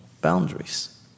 boundaries